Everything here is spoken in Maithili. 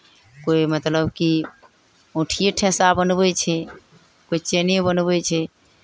कोइ मतलब कि औँठिए ठेसा बनबै छै कोइ चेने बनबै छै